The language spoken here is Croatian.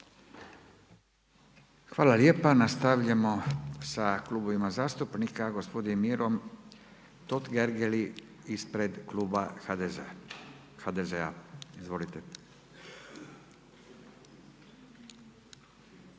Hvala lijepa. Nastavljamo sa klubovima zastupnika, gospodinom Mirom Totgergeli ispred kluba HDZ-a.